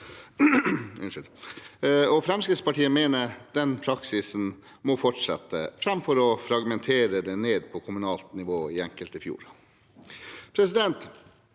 Fremskrittspartiet mener den praksisen må fortsette framfor at det fragmenteres ned på kommunalt nivå i enkelte fjorder.